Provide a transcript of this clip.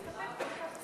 נסתפק בתגובת השר.